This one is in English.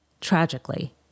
Tragically